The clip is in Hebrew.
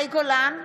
מאי גולן,